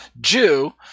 Jew